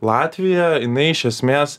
latvija jinai iš esmės